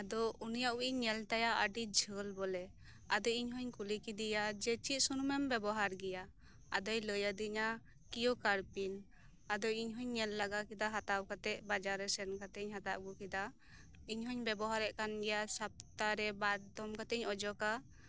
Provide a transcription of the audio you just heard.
ᱟᱫᱚ ᱩᱱᱤᱭᱟᱜ ᱩᱵ ᱤᱧ ᱧᱮᱞ ᱛᱟᱭᱟ ᱟᱹᱰᱤ ᱡᱷᱟᱹᱞ ᱵᱚᱞᱮ ᱟᱫᱚ ᱤᱧ ᱦᱚᱧ ᱠᱩᱞᱤ ᱠᱮᱫᱮᱭᱟ ᱡᱮ ᱪᱮᱫ ᱥᱩᱱᱩᱢ ᱮᱢ ᱵᱮᱵᱚᱦᱟᱨ ᱜᱮᱭᱟ ᱟᱫᱚᱭ ᱞᱟᱹᱭ ᱟᱹᱫᱤᱧᱟ ᱠᱤᱭᱳ ᱠᱟᱨᱯᱤᱱ ᱟᱫᱚ ᱤᱧ ᱦᱚᱧ ᱧᱮᱞ ᱞᱟᱜᱟᱣ ᱠᱮᱫᱟ ᱵᱟᱡᱟᱨᱨᱮ ᱥᱮᱱ ᱠᱟᱛᱮᱫ ᱤᱧ ᱦᱟᱛᱟᱣ ᱟᱹᱜᱩ ᱠᱮᱫᱟ ᱤᱧ ᱦᱚᱧ ᱵᱮᱵᱚᱦᱟᱨᱮᱫ ᱜᱮᱭᱟ ᱥᱚᱯᱛᱟᱦᱚᱨᱮ ᱵᱟᱨᱫᱤᱱ ᱠᱟᱛᱮᱫ ᱤᱧ ᱚᱡᱚᱜᱟ